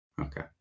Okay